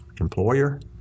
employer